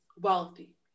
wealthy